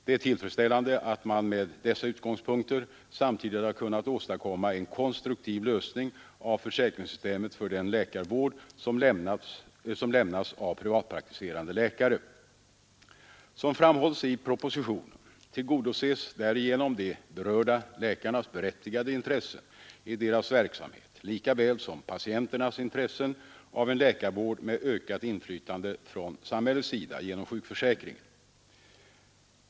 Det är tillfredsställande att man med dessa utgångspunkter samtidigt har kunnat åstadkomma en konstruktiv lösning av försäkringssystemet för den läkarvård som lämnas av privatpraktiserande läkare. Som framhålls i propositionen tillgodoses därigenom de berörda läkarnas berättigade intressen i deras verksamhet lika väl som patienternas intressen av en läkarvård med ökat inflytande från samhällets sida genom sjukförsäkringen.